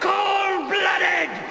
Cold-blooded